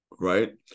Right